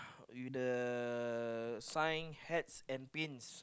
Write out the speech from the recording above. with the uh sign Hats and Pins